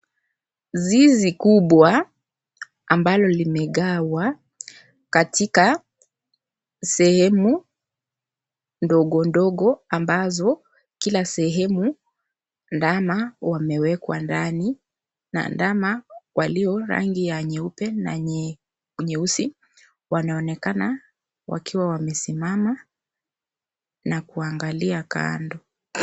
Zizi kubwa, ambalo limegawa katika sehemu ndogo ndogo ambazo kila sehemu ndama wamewekwa ndani, na ndama walio rangi ya nyeupe na nyeusi, wanaonekana wakiwa wamesimama na kuangalia kando.